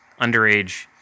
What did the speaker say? underage